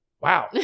Wow